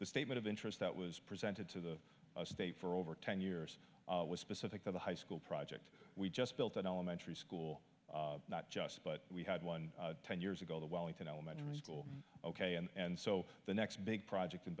the statement of interest that was presented to the state for over ten years was specific to the high school project we just built an elementary school not just but we had one ten years ago the wellington elementary school ok and so the next big project